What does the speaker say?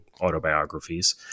autobiographies